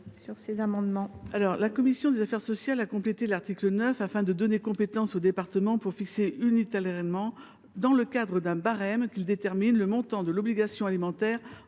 la commission ? La commission des affaires sociales a complété l’article 9 afin de donner compétence aux départements pour fixer unilatéralement, dans le cadre d’un barème qu’ils déterminent, le montant de l’obligation alimentaire